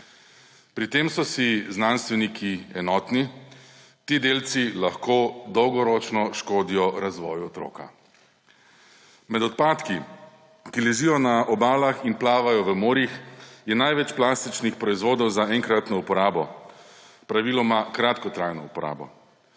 Pri tem so si znanstveniki enotni. Ti delci lahko dolgoročno škodijo razvoju otroka. Med odpadki, ki ležijo na obalah in plavajo v morjih, je največ plastičnih proizvodov za enkratno uporabo, praviloma kratkotrajno uporabo.